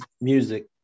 music